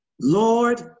Lord